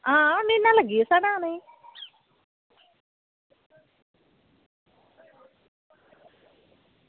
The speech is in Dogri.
हां म्हीना लग्गी गेआ साढ़ा आने ई